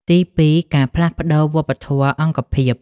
ទីពីរ ការផ្លាស់ប្ដូរវប្បធម៌អង្គភាព។